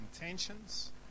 intentions